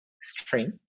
string